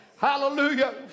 Hallelujah